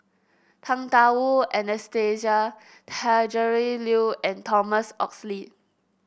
Tang Da Wu Anastasia Tjendri Liew and Thomas Oxley